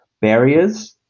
barriers